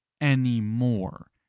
anymore